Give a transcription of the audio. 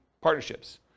partnerships